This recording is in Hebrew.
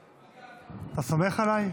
אתה סומך עליי?